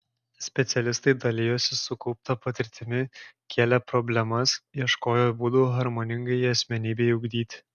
specialistai dalijosi sukaupta patirtimi kėlė problemas ieškojo būdų harmoningai asmenybei ugdyti